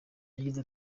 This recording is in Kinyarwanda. yagize